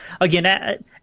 again